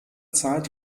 zeit